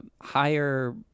higher